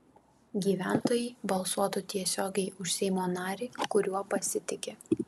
gyventojai balsuotų tiesiogiai už seimo narį kuriuo pasitiki